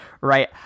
right